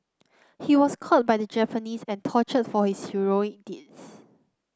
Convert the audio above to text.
he was caught by the Japanese and tortured for his heroic deeds